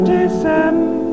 December